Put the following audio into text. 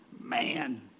man